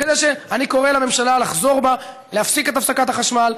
אני קורא לממשלה לחזור בה, להפסיק את אספקת החשמל,